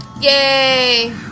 Yay